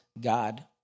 God